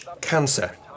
Cancer